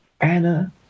Anna